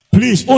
Please